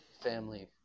family